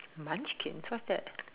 munchkin what's that